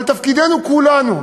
אבל תפקידנו כולנו,